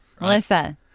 Melissa